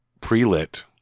pre-lit